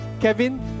Kevin